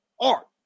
art